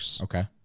Okay